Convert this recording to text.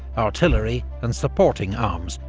artillery and supporting arms,